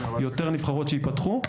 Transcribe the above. יותר נבחרות שהתפתחו.